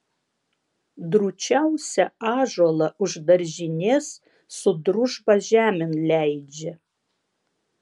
drūčiausią ąžuolą už daržinės su družba žemėn leidžia